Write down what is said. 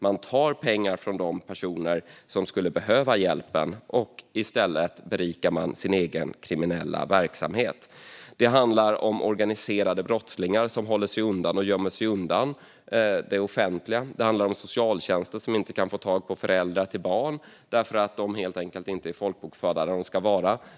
Man tar pengar från de personer som skulle behöva hjälpen och berikar i stället sin egen kriminella verksamhet. Det handlar om organiserade brottslingar som håller sig undan och gömmer sig undan det offentliga. Det handlar också om socialtjänsten, som inte kan få tag på föräldrar till barn därför att de helt enkelt inte är folkbokförda där de ska vara.